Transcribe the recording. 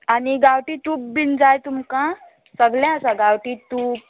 आनी गांवठी तूप बीन जाय तुमकां सगळें आसा गांवठी तूप